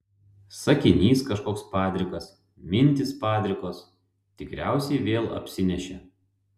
sakinys kažkoks padrikas mintys padrikos tikriausiai vėl apsinešė